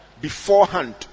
beforehand